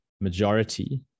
majority